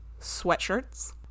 sweatshirts